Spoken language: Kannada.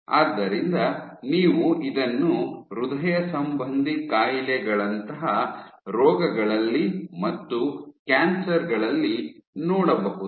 ಆದ್ದರಿಂದ ನೀವು ಇದನ್ನು ಹೃದಯ ಸಂಬಂಧಿ ಕಾಯಿಲೆಗಳಂತಹ ರೋಗಗಳಲ್ಲಿ ಮತ್ತು ಕ್ಯಾನ್ಸರ್ ಗಳಲ್ಲಿ ನೋಡಬಹುದು